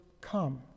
come